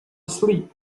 asleep